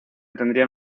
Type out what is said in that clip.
tendrían